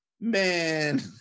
Man